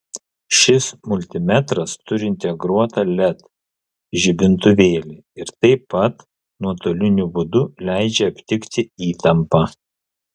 šis multimetras turi integruotą led žibintuvėlį ir taip pat nuotoliniu būdu leidžia aptikti įtampą